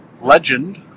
Legend